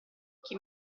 chi